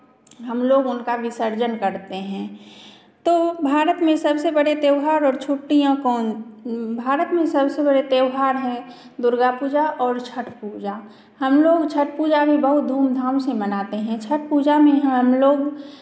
हमलोग उनका विसर्जन करते हैं तो भारत में सबसे बड़े त्यौहार और छुट्टियाँ कौन भारत में सबसे बड़े त्यौहार हैं दुर्गा पूजा और छठ पूजा हमलोग छठ पूजा भी बहुत धूमधाम से मनाते हैं छठ पूजा में हमलोग